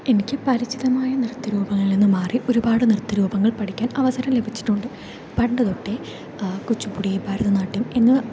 എനിക്ക് പരിചിതമായ നൃത്ത രൂപങ്ങളിൽ നിന്ന് മാറി ഒരുപാട് നൃത്ത രൂപങ്ങൾ പഠിക്കാൻ അവസരം ലഭിച്ചിട്ടുണ്ട് പണ്ടുതൊട്ടേ കുച്ചിപ്പുടി ഭരതനാട്യം എന്നിവ